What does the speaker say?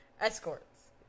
Escorts